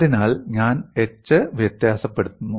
അതിനാൽ ഞാൻ h വ്യത്യാസപ്പെടുത്തുന്നു